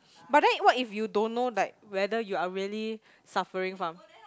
but then what if you don't know like whether you are really suffering from